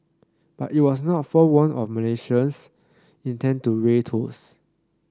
but it was not forewarned of Malaysia's intent to raise tolls